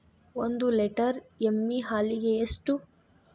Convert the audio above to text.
ಒಂದು ಲೇಟರ್ ಎಮ್ಮಿ ಹಾಲಿಗೆ ಎಷ್ಟು?